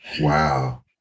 Wow